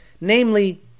Namely